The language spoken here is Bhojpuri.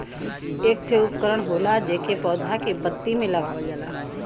एक ठे उपकरण होला जेके पौधा के पत्ती में लगावल जाला